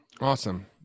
Awesome